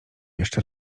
jeszcze